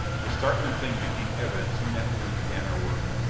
a startling thing became evident soon after we began our work.